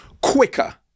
quicker